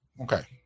Okay